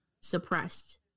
suppressed